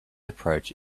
approach